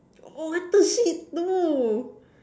oh what the shit no